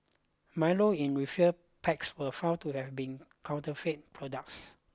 milo in refill packs were found to have been counterfeit products